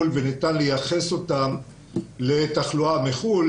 לארץ וניתן לייחס אותם לתחלואה מחוץ לארץ.